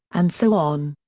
and so on.